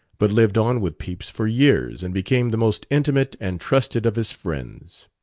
but lived on with pepys for years and became the most intimate and trusted of his friends.